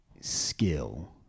skill